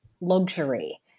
luxury